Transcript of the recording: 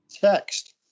Text